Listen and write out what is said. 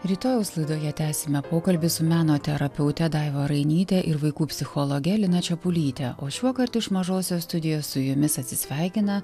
rytojaus laidoje tęsime pokalbį su meno terapeute daiva rainyte ir vaikų psichologe lina čepulyte o šiuokart iš mažosios studijos su jumis atsisveikina